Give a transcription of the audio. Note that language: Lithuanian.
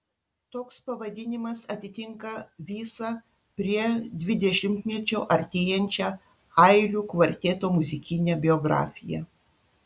toks pavadinimas atitinka visą prie dvidešimtmečio artėjančią airių kvarteto muzikinę biografiją